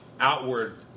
outward